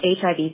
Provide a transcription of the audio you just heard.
HIV